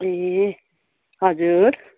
ए हजुर